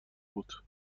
بود